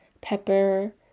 pepper